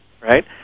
right